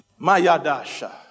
Mayadasha